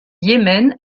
yémen